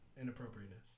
inappropriateness